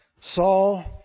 Saul